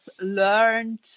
learned